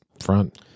front